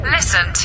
Listen